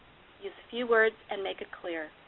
use few words, and make it clear.